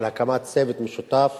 על הקמת צוות משותף